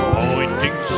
pointing